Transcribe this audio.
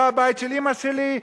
לא הבית של אמא שלי,